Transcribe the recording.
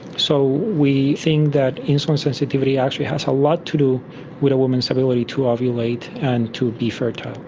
so we think that insulin sensitivity actually has a lot to do with a woman's ability to ovulate and to be fertile.